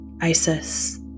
Isis